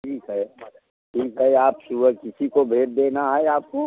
ठीक है ठीक है आप सुबह किसी को भेज देना है आपको